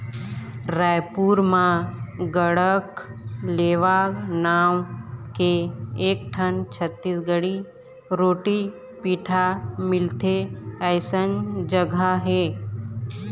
रइपुर म गढ़कलेवा नांव के एकठन छत्तीसगढ़ी रोटी पिठा मिलथे अइसन जघा हे